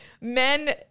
men